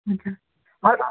हजुर हजुर